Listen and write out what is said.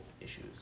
issues